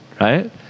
right